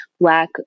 Black